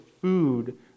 food